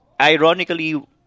Ironically